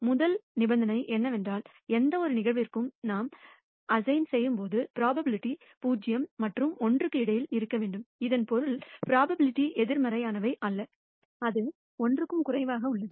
முதல் நிபந்தனை என்னவென்றால் எந்தவொரு நிகழ்விற்கும் நாம் ஒதுக்கும் ப்ரோபபிலிட்டி 0 மற்றும் 1 க்கு இடையில் இருக்க வேண்டும் இதன் பொருள் ப்ரோபபிலிட்டிகள் எதிர்மறையானவை அல்ல அது 1 க்கும் குறைவாக உள்ளது